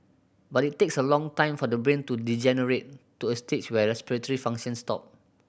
but it takes a long time for the brain to degenerate to a stage where respiratory functions stop